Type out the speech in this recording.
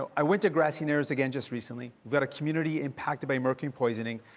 ah i went to grassy narrows again just recently. we've got a community impacted by mercury poisoning,